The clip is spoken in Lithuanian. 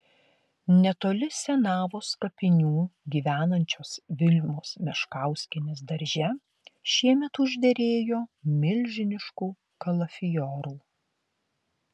netoli senavos kapinių gyvenančios vilmos meškauskienės darže šiemet užderėjo milžiniškų kalafiorų